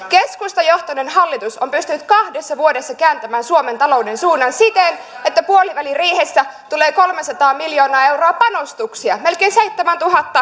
keskustajohtoinen hallitus on pystynyt kahdessa vuodessa kääntämään suomen talouden suunnan siten että puoliväliriihessä tulee kolmesataa miljoonaa euroa panostuksia melkein seitsemääntuhanteen